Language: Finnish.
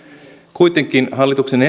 kuitenkin hallituksen esityksestä